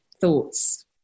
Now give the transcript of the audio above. thoughts